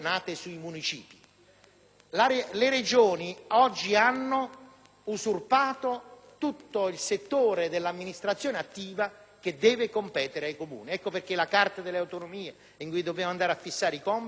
Le Regioni oggi hanno usurpato tutto il settore dell'amministrazione attiva che deve competere ai Comuni. Ecco perché nella Carta delle autonomie - in cui dobbiamo fissarne i compiti - occorre